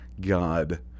God